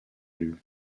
élus